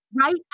right